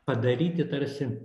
padaryti tarsi